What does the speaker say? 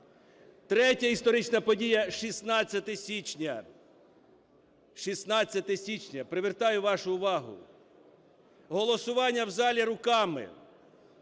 Третя історична подія – 16 січня. 16 січня, привертаю вашу увагу. Голосування в залі руками.